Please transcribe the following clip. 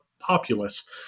populace